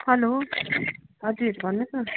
हलो हजुर भन्नुहोस् न